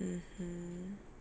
mmhmm